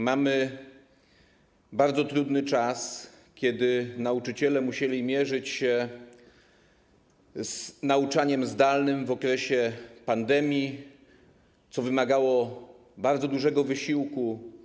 Mamy bardzo trudny czas, kiedy nauczyciele musieli mierzyć się z nauczaniem zdalnym w okresie pandemii, co wymagało bardzo dużego wysiłku.